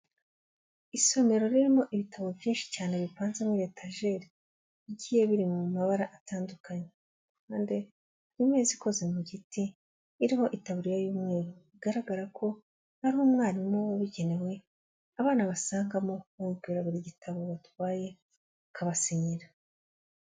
Isomero ririmo ibitabo byinshi cyane bipanze muri etageri, bigiye biri mu mabara atandukanye, imeza ikoze mu giti, iriho itaburiya y'umweru bigaragara ko ari umwarimu ubigenewe, abana basangamo bamubwira buri gitabo batwaye akabasinyira.